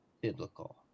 biblical